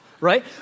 right